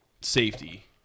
Safety